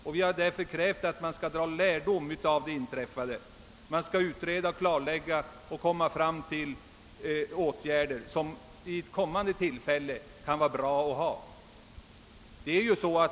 Därför har vi fordrat att man skall dra lärdom av det inträffade. Det bör verkställas en utredning så att man vid kommande tillfällen kan vidta lämpliga åtgärder.